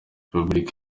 repubulika